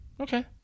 Okay